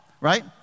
right